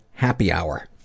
HAPPYHOUR